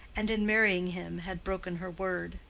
and in marrying him had broken her word.